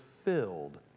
filled